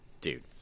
dude